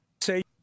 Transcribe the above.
say